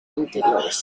interiores